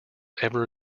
ever